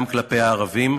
גם כלפי הערבים.